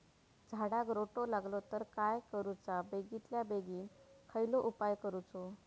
झाडाक रोटो लागलो तर काय करुचा बेगितल्या बेगीन कसलो उपाय करूचो?